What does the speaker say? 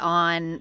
on